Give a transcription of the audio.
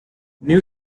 new